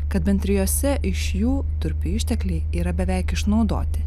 kad bent trijuose iš jų durpių ištekliai yra beveik išnaudoti